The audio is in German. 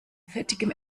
fettigem